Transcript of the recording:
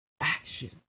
action